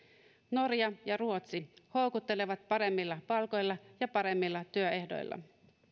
norja ja ruotsi houkuttelevat paremmilla palkoilla ja paremmilla työehdoilla